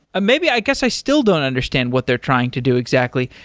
maybe, i guess i still don't understand what they're trying to do exactly.